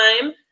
time